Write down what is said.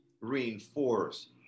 reinforce